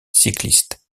cycliste